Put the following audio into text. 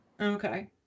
Okay